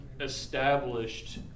established